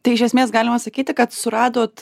tai iš esmės galima sakyti kad suradot